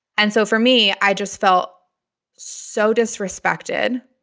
and so for me, i just felt so disrespected.